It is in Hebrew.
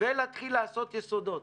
ולהתחיל לעשות יסודות.